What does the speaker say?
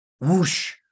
whoosh